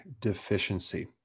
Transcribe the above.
deficiency